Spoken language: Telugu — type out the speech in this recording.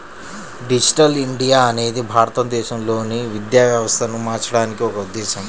డిజిటల్ ఇండియా అనేది భారతదేశంలోని విద్యా వ్యవస్థను మార్చడానికి ఒక ఉద్ధేశం